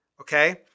Okay